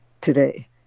today